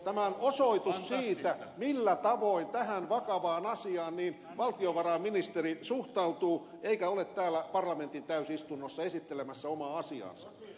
tämä on osoitus siitä millä tavoin tähän vakavaan asiaan valtiovarainministeri suhtautuu kun ei ole täällä parlamentin täysistunnossa esittelemässä omaa asiaansa